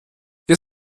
ihr